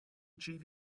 achieve